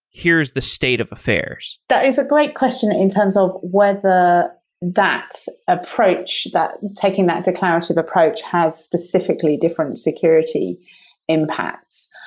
here is the state of affairs. that is a great question in terms of whether that approach, that taking that declarative approach has specifically different security impacts.